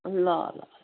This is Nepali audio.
ल ल